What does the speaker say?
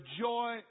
joy